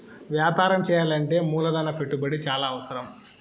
వ్యాపారం చేయాలంటే మూలధన పెట్టుబడి చాలా అవసరం